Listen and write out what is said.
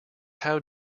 how